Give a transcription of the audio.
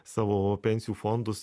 savo pensijų fondus